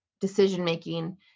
decision-making